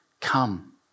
Come